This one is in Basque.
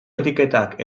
etiketak